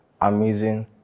amazing